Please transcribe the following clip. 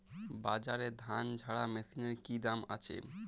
বাজারে ধান ঝারা মেশিনের কি দাম আছে?